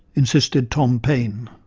insisted tom pain